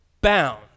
bound